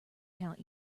count